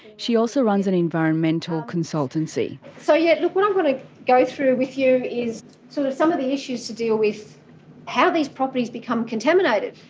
she also runs an environmental consultancy. so, yeah, look what i'm gonna go through with you is sort of some of the issues to deal with how these properties become contaminated?